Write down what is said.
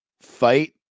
fight